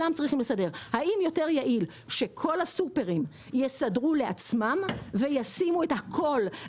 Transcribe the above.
האם יותר יעיל שכל הסופרים יסדרו לעצמם וישימו את הכול,